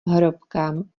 hrobkám